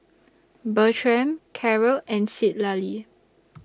Bertram Karyl and Citlali